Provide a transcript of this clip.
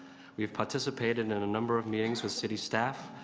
we've participated in a number of meetings with city staff,